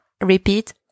Repeat